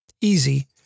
easy